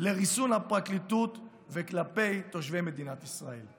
לריסון הפרקליטות וכלפי תושבי מדינת ישראל.